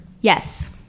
Yes